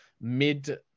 mid